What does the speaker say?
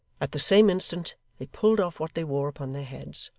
at the same instant they pulled off what they wore upon their heads.